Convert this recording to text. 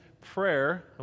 prayer